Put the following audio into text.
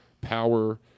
power